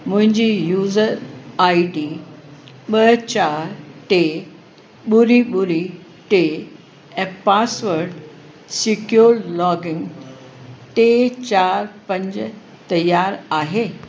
मुंहिंजी user ID ॿ चारि टे ॿुरी ॿुरी टे ऐं पासवर्ड सिक्योर लॉगिन टे चारि पंज तयारु आहे